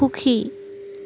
সুখী